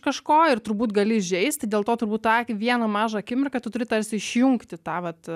kažko ir turbūt gali įžeisti dėl to turbūt tą vieną mažą akimirką tu turi tarsi išjungti tą vat